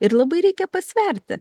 ir labai reikia pasverti